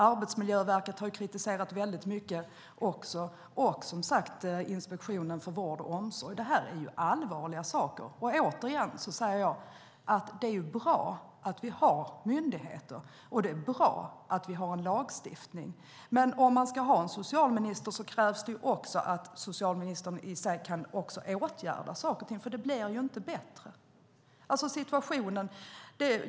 Arbetsmiljöverket har också kritiserat det och, som sagt, Inspektionen för vård och omsorg. Det är allvarliga saker. Återigen säger jag att det är bra att vi har myndigheter, och det är bra att vi har en lagstiftning, men om vi ska ha en socialminister krävs det att socialministern också kan åtgärda saker och ting. Det blir ju inte bättre.